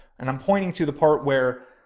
and i'm pointing to the part where,